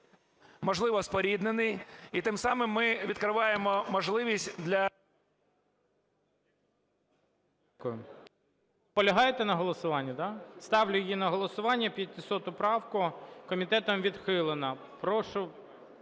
можливо, споріднений. І тим самим ми відкриваємо можливість для… ГОЛОВУЮЧИЙ. Дякую. Наполягаєте на голосуванні, да? Ставлю її на голосування, 500 правку. Комітетом відхилена. Прошу…